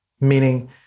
meaning